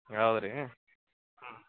ಹೌದು ರೀ ಹ್ಞೂ